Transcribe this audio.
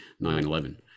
9-11